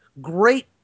Great